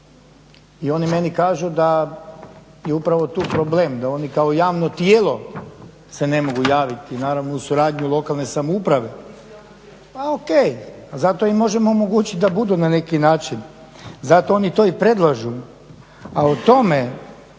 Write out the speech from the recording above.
I oni meni kažu da je upravo tu problem da oni kao javno tijelo se ne mogu javiti naravno uz suradnju lokalne samouprave. Pa o.k. a zato im možemo omogućiti da budu na neki način, zato oni to i predlažu. A o tome